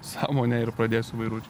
sąmonę ir pradėsiu vairuot